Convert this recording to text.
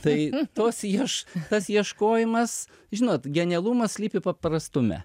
tai tos ieš tas ieškojimas žinot genialumas slypi paprastume